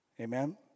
Amen